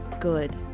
Good